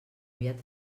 aviat